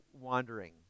wandering